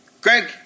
Greg